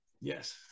Yes